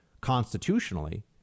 constitutionally